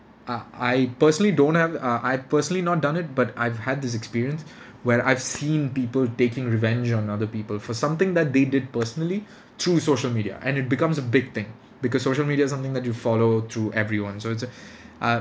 I I personally don't have uh I personally not done it but I've had this experience where I've seen people taking revenge on other people for something that they did personally through social media and it becomes a big thing because social media's something that you follow through everyone so it's a uh